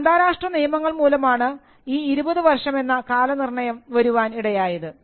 ചില അന്താരാഷ്ട്ര നിയമങ്ങൾ മൂലമാണ് ഈ 20 വർഷം എന്ന് കാലനിർണ്ണയം വരുവാൻ ഇടയായത്